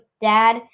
dad